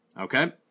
Okay